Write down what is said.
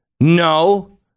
No